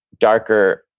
darker,